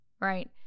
right